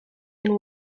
and